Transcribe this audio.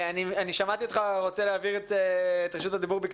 שמעתי שאתה רוצה להעביר את רשות הדיבור, בקצרה,